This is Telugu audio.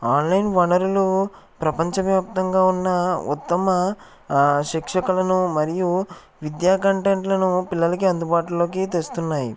ఆన్లైన్ వనరులు ప్రపంచవ్యాప్తంగా ఉన్న ఉత్తమ శిక్షకులను మరియు విద్యా కంటెంట్లను పిల్లలకు అందుబాటులోకి తెస్తున్నాయి